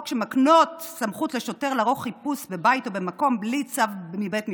שמקנות סמכות לשוטר לערוך חיפוש בבית או במקום בלי צו מבית משפט.